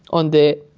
on the,